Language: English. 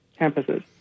campuses